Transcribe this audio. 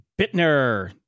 Bittner